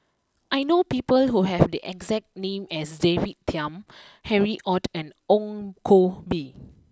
I know people who have the exact name as David Tham Harry Ord and Ong Koh Bee